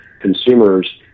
consumers